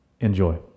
Enjoy